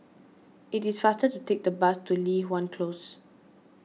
it is faster to take the bus to Li Hwan Close